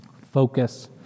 focus